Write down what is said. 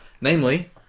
namely